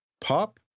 Pop